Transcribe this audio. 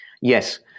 Yes